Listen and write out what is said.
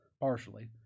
partially